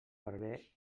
barber